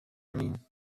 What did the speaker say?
mean